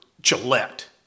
Gillette